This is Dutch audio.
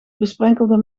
besprenkelde